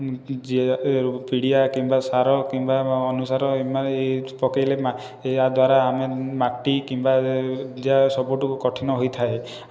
ମୁଁ ଯେ ଏ ପିଡ଼ିଆ କିମ୍ବା ସାର କିମ୍ବା ଏ ଅନୁସାରେ ଏ ପକେଇଲେ ଏ ଏହାଦ୍ୱାରା ଆମେ ମାଟି କିମ୍ବା ଯାହା ସବୁଠାରୁ କଠିନ ହୋଇଥାଏ